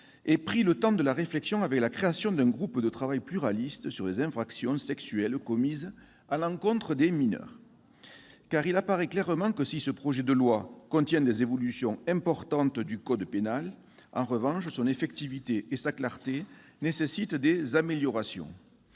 ait pris le temps de la réflexion avec la création d'un groupe de travail pluraliste sur les infractions sexuelles commises à l'encontre des mineurs. Car il apparaît clairement que, si ce projet de loi contient des évolutions importantes du code pénal, son effectivité et sa clarté nécessitent en revanche des améliorations.